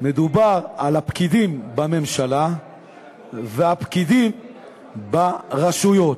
מדובר על הפקידים בממשלה והפקידים ברשויות.